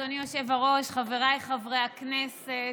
אדוני היושב-ראש, חבריי חברי הכנסת,